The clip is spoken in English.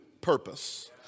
purpose